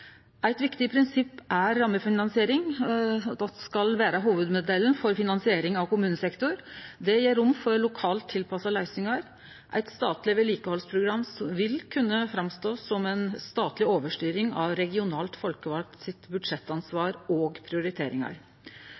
Eit viktig prinsipp er rammefinansiering, og det skal vere hovudmodellen for finansiering av kommunesektoren. Det gjev rom for lokalt tilpassa løysingar. Eit statleg vedlikehaldsprogram vil kunne sjå ut som ei statleg overstyring av budsjettansvaret og prioriteringane til dei regionalt folkevalde. Høgre, Framstegspartiet og